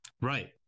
Right